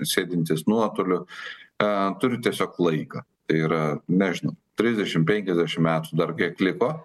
sėdintys nuotoliu a turit tiesiog laiką tai yra nežinau trisdešimt penkiasdešimt metų dar kiek liko